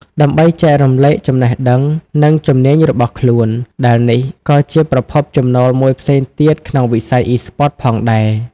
ដើម្បីចែករំលែកចំណេះដឹង និងជំនាញរបស់ខ្លួន ដែលនេះក៏ជាប្រភពចំណូលមួយផ្សេងទៀតក្នុងវិស័យអុីស្ព័ត ផងដែរ។